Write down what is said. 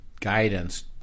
guidance